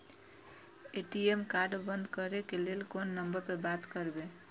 ATM card बंद करे के लेल कोन नंबर पर बात करबे?